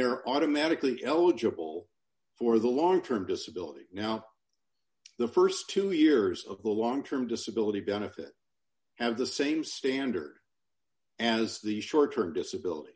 they're automatically eligible for the long term disability now the st two years of the long term disability benefit have the same standard as the short term disability